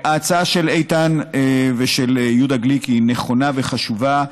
ההצעה של איתן ושל יהודה גליק היא נכונה וחשובה.